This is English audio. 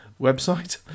website